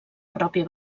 pròpia